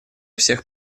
всех